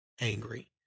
angry